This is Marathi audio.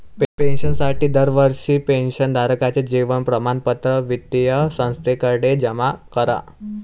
पेन्शनसाठी दरवर्षी पेन्शन धारकाचे जीवन प्रमाणपत्र वित्तीय संस्थेकडे जमा करा